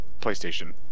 PlayStation